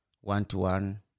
one-to-one